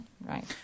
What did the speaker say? Right